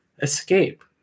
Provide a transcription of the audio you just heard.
escape